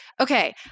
okay